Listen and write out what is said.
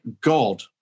God